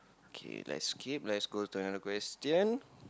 K let's skip let's go to the another question